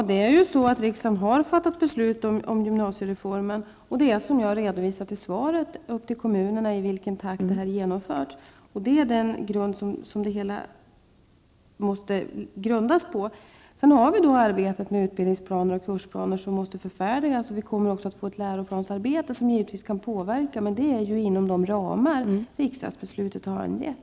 Herr talman! Riksdagen har fattat beslut om gymnasiereformen, och det är, som jag har redovisat i svaret, kommunerna som avgör i vilken takt denna genomförs. Det är den grund det hela måste bygga på. Sedan återstår arbetet med utbildningsplaner och kursplaner som måste förfärdigas, och vi kommer också att få ett läroplansarbete, som givetvis kan påverka, men det blir inom de ramar riksdagsbeslutet har angett.